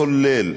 כולל,